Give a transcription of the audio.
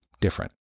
different